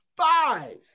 Five